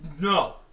No